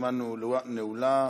הרשימה נעולה,